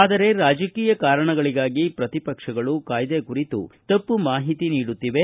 ಆದರೆ ರಾಜಕೀಯ ಕಾರಣಗಳಿಗಾಗಿ ಪ್ರತಿಪಕ್ಷಗಳು ಕಾಯ್ದೆ ಕುರಿತು ತಪ್ಪು ಮಾಹಿತಿ ನೀಡುತ್ತಿವೆ